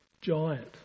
giant